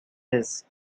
his